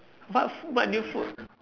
what f~ what new food